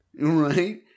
Right